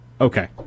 okay